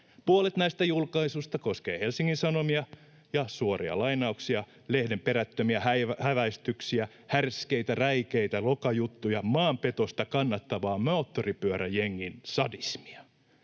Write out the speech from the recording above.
Puolet näistä julkaisuista koskee Helsingin Sanomia, suoria lainauksia: ”lehden perättömiä häväistyksiä”, ”härskejä, räikeitä lokajuttuja”, ”maanpetosta kannattavaa moottoripyöräjengin sadismia”,